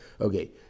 Okay